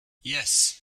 yes